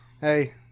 Hey